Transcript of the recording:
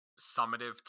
summative